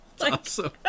Awesome